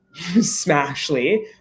smashly